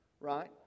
right